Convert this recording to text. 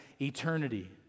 eternity